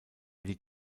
die